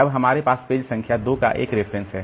अब हमारे पास पेज संख्या 2 का एक रेफरेंस है